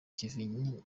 ikivi